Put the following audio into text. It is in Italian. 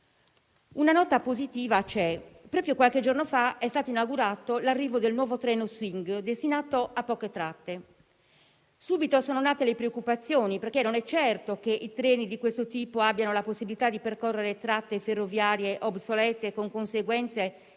Una nota positiva c'è. Proprio qualche giorno fa, è stato inaugurato il nuovo treno Swing, destinato a poche tratte. Subito sono nate le preoccupazioni, perché non è certo che i treni di questo tipo abbiano la possibilità di percorrere tratte ferroviarie obsolete, con conseguenze